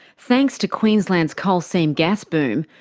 thanks to queensland's coal seam gas boom,